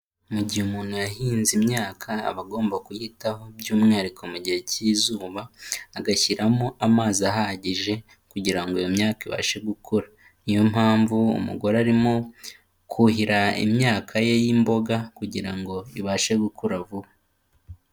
Mu gihe umuntu yahinze imyaka aba agomba kuyitaho by'umwihariko mu gihe cy'izuba, agashyiramo amazi ahagije kugira ngo iyo myaka ibashe gukura, niyo mpamvu umugore arimo kuhira imyaka ye y'imboga kugira ngo ibashe gukura vuba.